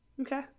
Okay